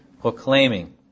proclaiming